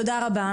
תודה רבה,